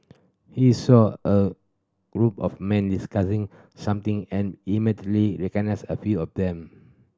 he saw a group of men discussing something and immediately recognised a few of them